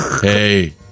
Hey